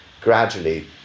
gradually